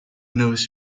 knows